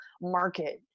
market